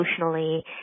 emotionally